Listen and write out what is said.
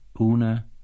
Una